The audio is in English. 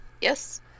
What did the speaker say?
Yes